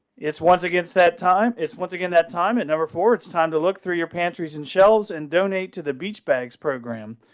it's once against that time is once again that time at number four it's time to look through your pantries and shelves and donate to the beach bags programme,